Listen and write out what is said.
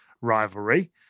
rivalry